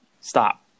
Stop